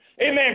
Amen